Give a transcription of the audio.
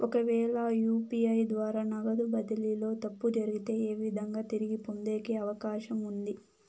ఒకవేల యు.పి.ఐ ద్వారా నగదు బదిలీలో తప్పు జరిగితే, ఏ విధంగా తిరిగి పొందేకి అవకాశం ఉంది?